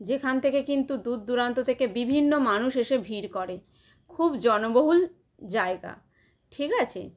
যেখান থেকে কিন্তু দূর দূরান্ত থেকে বিভিন্ন মানুষ এসে ভিড় করে খুব জনবহুল জায়গা ঠিক আছে